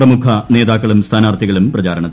പ്രമുഖ നേതാക്കളും സ്ഥാന്നാർത്ഥികളും പ്രചാരണത്തിൽ